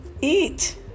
eat